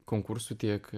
konkursų tiek